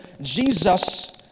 Jesus